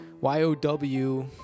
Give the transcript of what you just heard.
Y-O-W